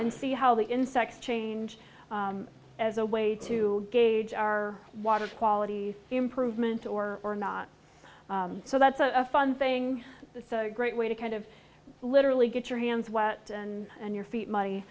and see how the insects change as a way to gauge our water quality improvement or or not so that's a fun thing great way to kind of literally get your hands wet and and your feet m